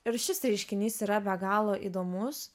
ir šis reiškinys yra be galo įdomus